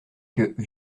que